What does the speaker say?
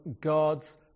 God's